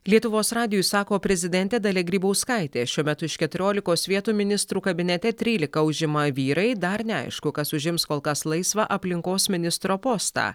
lietuvos radijui sako prezidentė dalia grybauskaitė šiuo metu iš keturiolikos vietų ministrų kabinete trylika užima vyrai dar neaišku kas užims kol kas laisvą aplinkos ministro postą